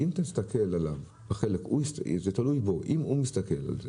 זה תלוי בו אם הוא מסתכל על זה